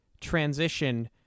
transition